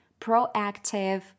proactive